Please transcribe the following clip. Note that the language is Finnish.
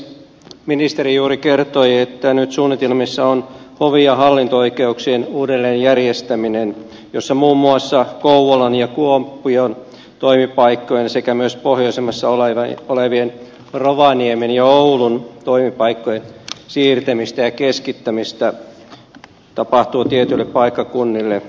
ministeri juuri kertoi että nyt suunnitelmissa on hovi ja hallinto oikeuksien uudelleen järjestäminen jossa muun muassa kouvolan ja kuopion toimipaikkojen sekä myös pohjoisemmassa olevien rovaniemen ja oulun toimipaikkojen siirtämistä ja keskittämistä tapahtuu tietyille paikkakunnille